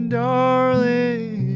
darling